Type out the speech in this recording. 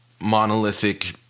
monolithic